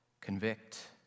convict